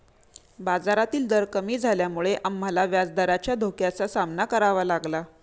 बाजारातील दर कमी झाल्यामुळे आम्हाला व्याजदराच्या धोक्याचा सामना करावा लागला